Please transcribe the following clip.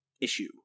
issue